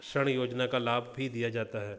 ऋण योजना का लाभ भी दिया जाता है